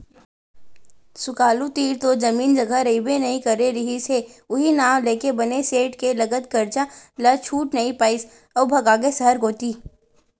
सुकालू तीर तो जमीन जघा रहिबे नइ करे रिहिस हे उहीं नांव लेके बने सेठ के लगत करजा ल छूट नइ पाइस अउ भगागे सहर कोती